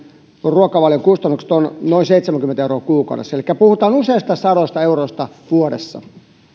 ruokavalion kustannukset ovat noin seitsemänkymmentä euroa kuukaudessa elikkä puhutaan useista sadoista euroista vuodessa